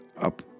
Up